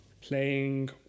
Playing